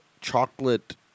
chocolate